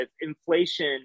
inflation